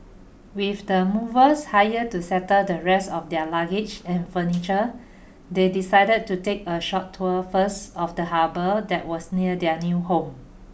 with the movers hired to settle the rest of their luggage and furniture they decided to take a short tour first of the harbour that was near their new home